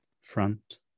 Front